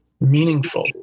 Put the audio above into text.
meaningful